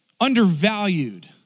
undervalued